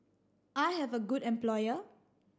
I have a good employer